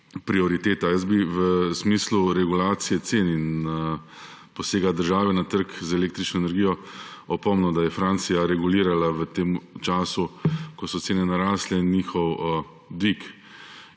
prioriteta. Jaz bi v smislu regulacije cen in posega države na trg z električno energijo opomnil, da je Francija regulirala v tem času, ko so cene narastle, njihov dvig.